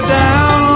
down